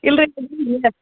ಇಲ್ಲ ರೀ